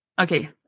Okay